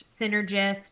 synergist